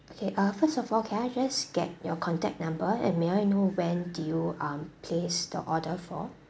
okay uh first of all can I just get your contact number and may I know when did you um place the order for